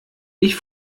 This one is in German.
ich